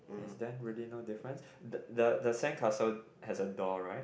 is there really no difference the the sandcastle has a door right